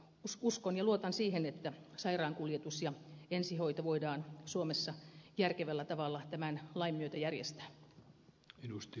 uskon ja luotan siihen että sairaankuljetus ja ensihoito voidaan suomessa järkevällä tavalla tämän lain myötä järjestää